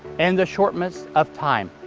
and the shortness of time.